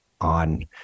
on